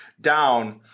down